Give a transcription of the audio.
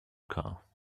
car